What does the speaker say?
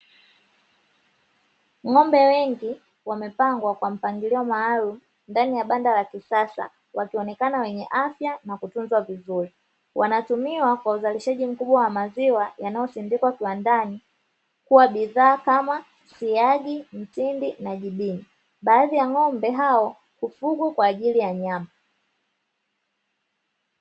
Ng’ombe wengi wamepangwa kwa mpangilio maalumu ndani ya banda la kisasa, wakiwa wenye afya njema na wakihudumiwa vizuri. Wengi wao hutumika kwa uzalishaji mkubwa wa maziwa yanayosindikwa viwandani kuwa bidhaa mbalimbali kama vile siagi, mtindi na jibini, huku baadhi ya ng’ombe wakifugwa kwa ajili ya nyama.